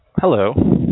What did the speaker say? Hello